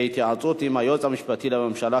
בהתייעצות עם היועץ המשפטי לממשלה,